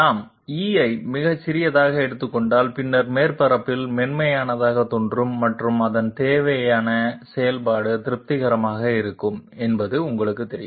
நாம் e யை மிக சிறியதாக எடுத்துக்கொண்டால் பின்னர் மேற்பரப்பில் மென்மையாகத் தோன்றும் மற்றும் அதன் தேவையான செயல்பாடு திருப்திகரமாக இருக்கும் என்பது உங்களுக்குத் தெரியும்